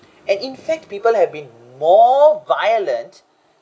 and in fact people have been more violent